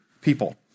people